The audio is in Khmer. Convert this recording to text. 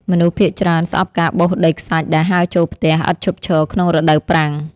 មនុស្សភាគច្រើនស្អប់ការបោសដីខ្សាច់ដែលហើរចូលផ្ទះឥតឈប់ឈរក្នុងរដូវប្រាំង។